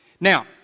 Now